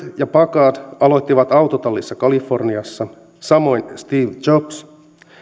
ja packard aloittivat autotallissa kaliforniassa samoin steve jobs